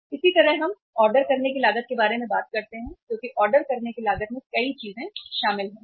इसी तरह अगर हम ऑर्डर करने की लागत के बारे में बात करते हैं क्योंकि ऑर्डर करने की लागत में कई चीजें शामिल होती हैं